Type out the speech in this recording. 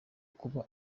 kuba